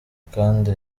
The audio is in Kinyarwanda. kandi